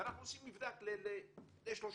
ואנחנו עושים מבדק ל-30 תלמידים,